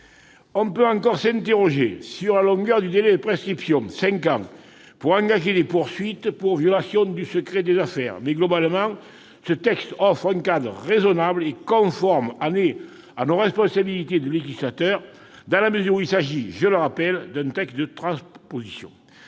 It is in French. On peut encore s'interroger sur la longueur du délai de prescription- cinq ans -en matière de violation du secret des affaires, mais, globalement, ce texte offre un cadre raisonnable et conforme à nos responsabilités de législateur, dans la mesure où il s'agit, je le rappelle, d'un texte de transposition.